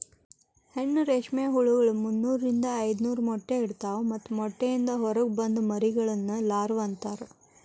ಹೆಣ್ಣು ರೇಷ್ಮೆ ಹುಳಗಳು ಮುನ್ನೂರಿಂದ ಐದನೂರ ಮೊಟ್ಟೆ ಇಡ್ತವಾ ಮತ್ತ ಮೊಟ್ಟೆಯಿಂದ ಹೊರಗ ಬಂದ ಮರಿಹುಳಗಳನ್ನ ಲಾರ್ವ ಅಂತಾರ